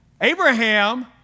Abraham